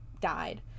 died